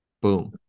Boom